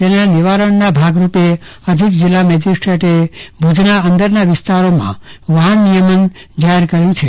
તેના નિયમનનાભાગરૂપે અધિક જિલ્લા મેજિસ્ટ્રેટે ભુજના અંદરના વિસ્તારોમાં વાહન નિયમન જાહેર કરેલ છે